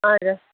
हजुर